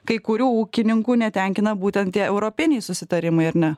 kai kurių ūkininkų netenkina būtent tie europiniai susitarimai ar ne